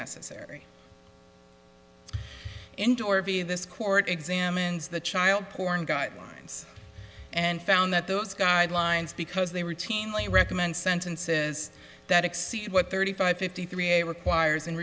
necessary into or be this court examines the child porn guidelines and found that those guidelines because they were teen lee recommend sentences that exceed what thirty five fifty three a requires and